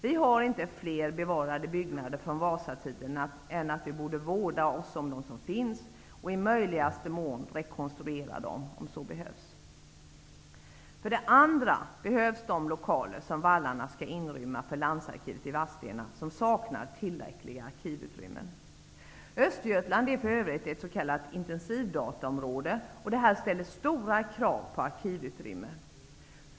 Vi har inte fler bevarade byggnader från Vasatiden än att vi borde vårda oss om de som finns och i möjligaste mån rekonstruera dem om så behövs. För det andra behövs de lokaler som vallarna skall inrymma för Landsarkivet Vadstena, som saknar tillräckliga arkivutrymmen. Östergötland är för övrigt ett s.k. intensivdataområde. Det ställer stora krav på arkivutrymme.